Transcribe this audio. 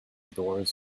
doors